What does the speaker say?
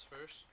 First